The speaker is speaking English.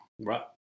Right